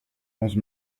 onze